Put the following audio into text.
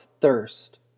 thirst